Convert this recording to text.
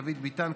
דוד ביטן,